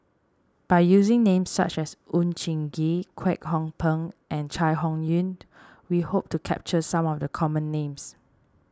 by using names such as Oon Jin Gee Kwek Hong Png and Chai Hon Yoong we hope to capture some of the common names